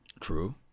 True